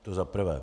To za prvé.